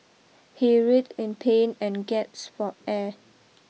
he writhed in pain and gasped for air